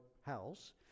house